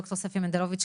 ד"ר ספי מנדלוביץ,